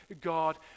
God